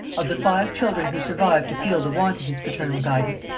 of the five children who survived to feel the want of his paternal guidance,